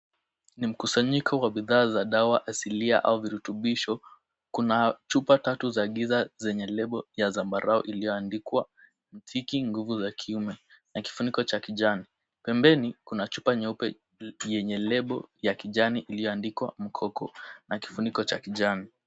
Ni mkusanyiko wa bidhaa za dawa asilia au virutubisho. Kuna chupa tatu za giza zenye lebo ya zambarau iliyoandikwa Mtiki nguvu za kiume, na kifuniko cha kijani. Pembeni, kuna chupa nyeupe yenye lebo ya kijani iliyoandikwa mkoko na kifuniko cha kijani.